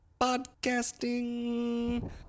podcasting